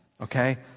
Okay